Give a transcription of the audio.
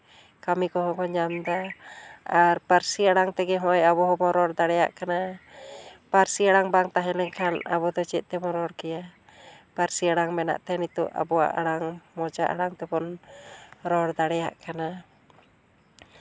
ᱠᱟᱹᱢᱤ ᱠᱚᱦᱚᱸ ᱠᱚ ᱧᱟᱢ ᱮᱫᱟ ᱟᱨ ᱯᱟᱹᱨᱥᱤ ᱟᱲᱟᱝ ᱛᱮᱜᱮ ᱱᱚᱜᱼᱚᱭ ᱟᱵᱚ ᱦᱚᱸᱵᱚᱱ ᱨᱚᱲ ᱫᱟᱲᱮᱭᱟᱜ ᱠᱟᱱᱟ ᱯᱟᱹᱨᱥᱤ ᱟᱲᱟᱝ ᱵᱟᱝ ᱛᱟᱦᱮᱸ ᱞᱮᱱᱠᱷᱟᱱ ᱟᱵᱚ ᱫᱚ ᱪᱮᱫ ᱛᱮᱵᱚᱱ ᱨᱚᱲ ᱠᱮᱭᱟ ᱯᱟᱹᱨᱥᱤ ᱟᱲᱟᱝ ᱢᱮᱱᱟᱜ ᱛᱮ ᱱᱤᱛᱳᱜ ᱟᱵᱚᱣᱟᱜ ᱟᱲᱟᱝ ᱢᱚᱪᱟ ᱟᱲᱟᱝ ᱛᱮᱵᱚᱱ ᱨᱚᱲ ᱫᱟᱲᱮᱭᱟᱜ ᱠᱟᱱᱟ